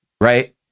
right